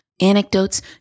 anecdotes